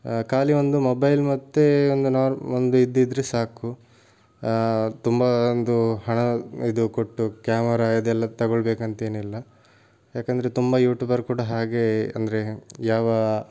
ಖಾಲಿ ಒಂದು ಮೊಬೈಲ್ ಮತ್ತು ಒಂದು ನಾರ್ ಒಂದು ಇದಿದ್ದರೆ ಸಾಕು ತುಂಬ ಒಂದು ಹಣ ಇದು ಕೊಟ್ಟು ಕ್ಯಾಮರಾ ಇದೆಲ್ಲ ತಗೊಳ್ಬೇಕಂತೇನಿಲ್ಲ ಯಾಕಂದರೆ ತುಂಬ ಯೂಟ್ಯೂಬರ್ ಕೂಡ ಹಾಗೆ ಅಂದರೆ ಯಾವ